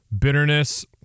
Bitterness